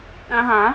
(uh huh)